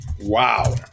Wow